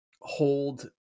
hold